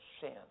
sin